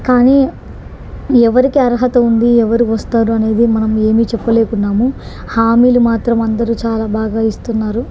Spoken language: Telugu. కానీ ఎవరికి అర్హత ఉంది ఎవరు వస్తారు అనేది మనం ఏమీ చెప్పలేకున్నాము హామీలు మాత్రం అందరూ చాలా బాగా ఇస్తున్నారు